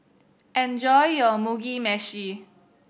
enjoy your Mugi Meshi